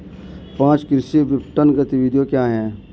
पाँच कृषि विपणन गतिविधियाँ क्या हैं?